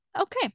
Okay